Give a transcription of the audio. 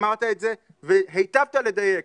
אמרת את זה והיטבת לדייק,